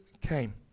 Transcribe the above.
came